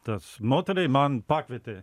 tas moteriai man pakvietė